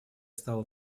стал